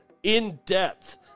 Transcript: in-depth